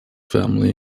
family